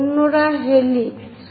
অন্যরা হেলিক্স